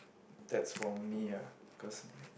that's for me ah cause